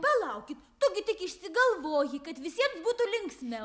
palaukit tu gi tik išsigalvoji kad visiems būtų linksmiau